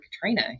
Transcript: Katrina